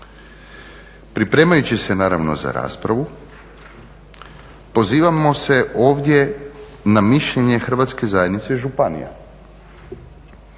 Pripremajući se naravno za raspravu, pozivamo se ovdje na mišljenje Hrvatske zajednice županija